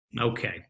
Okay